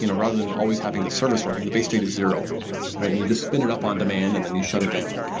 you know rather than always having the service running, the base state is zero and you just spin it up on demand and then you shut it down.